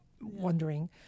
wondering